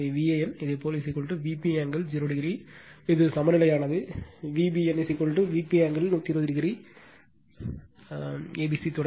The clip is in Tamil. எனவே Van இதேபோல் Vp ஆங்கிள் 0 o இது சமநிலையானது Vbn Vp angle 120 a b c தொடர்